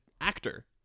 actor